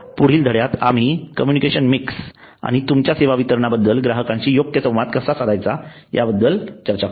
पुढील धड्यात आम्ही कम्युनिकेशन मिक्स आणि तुमच्या सेवा वितरणाबद्दल ग्राहकांशी योग्य संवाद कसा साधायचा याबद्दल चर्चा करू